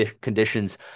conditions